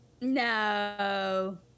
No